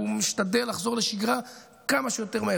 והוא משתדל לחזור לשגרה כמה שיותר מהר.